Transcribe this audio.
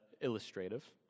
illustrative